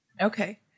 Okay